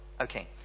okay